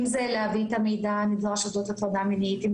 אם זה להביא את המידע הנדרש אודות הטרדה מינית,